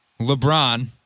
LeBron